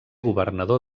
governador